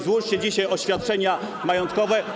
Złóżcie dzisiaj oświadczenia majątkowe.